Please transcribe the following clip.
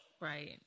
Right